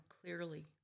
clearly